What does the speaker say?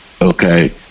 Okay